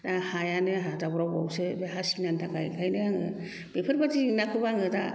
हायानो आंहा दावरावबावसो हा सिमनानि थाखाय ओंखायनो आङो बेफोरबायदि जेंनाखौ आङो दा